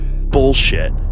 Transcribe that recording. Bullshit